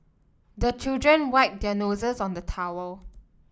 the children wipe their noses on the towel